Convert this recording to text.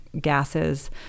gases